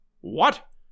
What